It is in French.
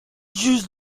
juge